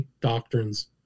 doctrines